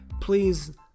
please